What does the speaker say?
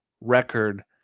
record